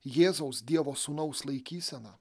jėzaus dievo sūnaus laikysena